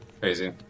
Crazy